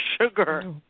sugar